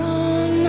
on